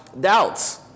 doubts